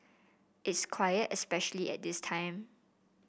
it's quiet especially at this time